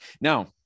Now